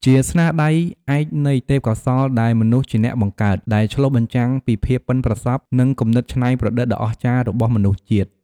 ជាស្នាដៃឯកនៃ ទេពកោសល្យដែលមនុស្សជាអ្នកបង្កើត ដែលឆ្លុះបញ្ចាំងពីភាពប៉ិនប្រសប់ និងគំនិតច្នៃប្រឌិតដ៏អស្ចារ្យរបស់មនុស្សជាតិ។